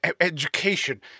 education